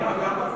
כמה, כמה זה?